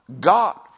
God